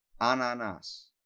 ananas